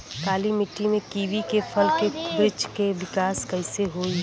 काली मिट्टी में कीवी के फल के बृछ के विकास कइसे होई?